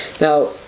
Now